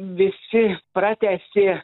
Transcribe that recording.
visi pratęsė